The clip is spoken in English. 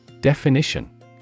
Definition